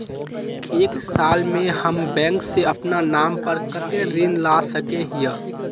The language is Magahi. एक साल में हम बैंक से अपना नाम पर कते ऋण ला सके हिय?